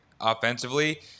offensively